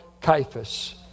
Caiaphas